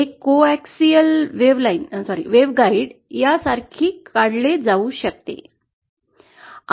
एक coaxial wave line waveguide या सारखे काढले जाऊ शकते